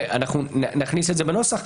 אנחנו נכניס את זה בנוסח,